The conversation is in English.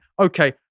okay